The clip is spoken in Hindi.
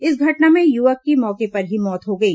इस घटना में युवक की मौके पर ही मौत हो गई